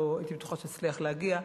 לא הייתי בטוחה שאצליח להגיע.